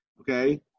Okay